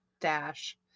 Dash